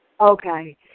Okay